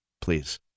please